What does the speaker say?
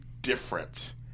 different